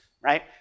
right